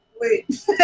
wait